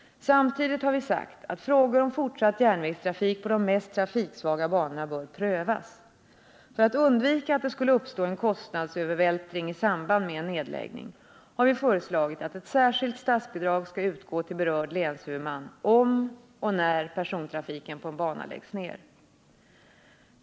Samtidigt har vi sagt att frågor om fortsatt järnvägstrafik på de mest trafiksvaga banorna bör prövas. För att undvika att det skulle uppstå en kostnadsövervältring i samband med en nedläggning har vi föreslagit att ett särskilt statsbidrag skall utgå till berörd länshuvudman om och när persontrafiken på en bana läggs ned.